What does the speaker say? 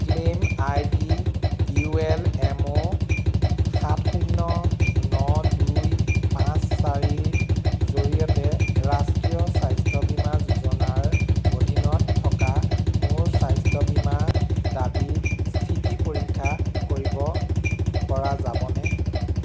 claim I D U L M O সাত শূন্য ন দুই পাঁচ চাৰিৰ জৰিয়তে ৰাষ্ট্ৰীয় স্বাস্থ্য বীমা যোজনাৰ অধীনত থকা মোৰ স্বাস্থ্য বীমা দাবীৰ স্থিতি পৰীক্ষা কৰিব পৰা যাবনে